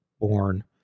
born